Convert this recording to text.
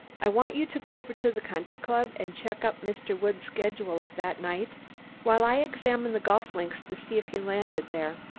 i want you to go over to the country-club and check up mr. woods' schedule of that night while i examine the golf links to see if he landed there.